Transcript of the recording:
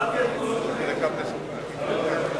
אני כבר לא זוכר.